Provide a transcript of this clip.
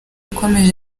yakomeje